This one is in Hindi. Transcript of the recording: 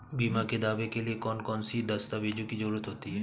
बीमा के दावे के लिए कौन कौन सी दस्तावेजों की जरूरत होती है?